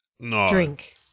drink